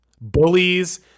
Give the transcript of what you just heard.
Bullies